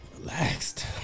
relaxed